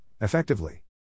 effectively